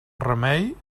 remei